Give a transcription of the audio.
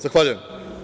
Zahvaljujem.